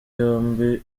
yombi